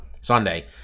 Sunday